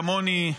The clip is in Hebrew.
כמוני,